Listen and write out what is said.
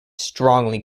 strongly